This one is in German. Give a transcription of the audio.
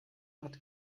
hat